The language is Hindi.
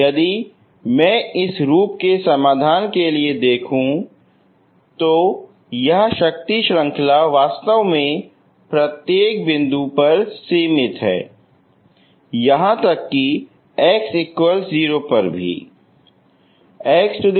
यदि मैं इस रूप के समाधान के लिए देखूँ यह शक्ति श्रृंखला वास्तव में प्रत्येक बिंदु पर सीमित है यहां तक कि x 0 पर